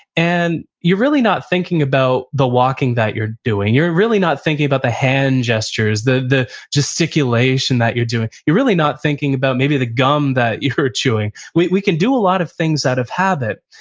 and you're really not thinking about the walking that you're doing. you're really not thinking about the hand gestures, the the gesticulation that you're doing. you're really not thinking about maybe the gum that you were chewing we we can do a lot of things out of habit.